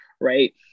right